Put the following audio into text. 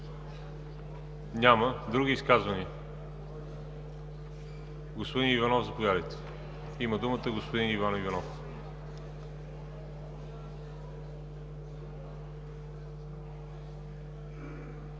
Няма. Други изказвания? Господин Иванов, заповядайте. Думата има господин Иван Иванов.